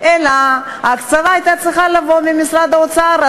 אלא ההקצבה צריכה לבוא ממשרד האוצר.